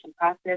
process